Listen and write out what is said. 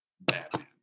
Batman